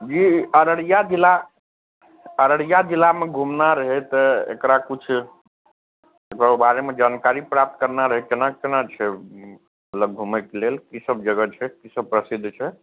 जी अररिया जिला अररिया जिलामे घुमना रहै तऽ एकरा किछु एकरो बारेमे जानकारी प्राप्त करना रहै कोना कोना छै मतलब घुमैके लेल कि सब जगह छै कि सब प्रसिद्ध छै